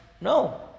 no